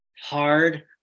hard